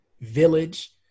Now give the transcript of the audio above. village